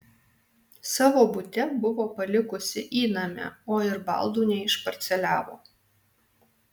savo bute buvo palikusi įnamę o ir baldų neišparceliavo